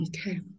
okay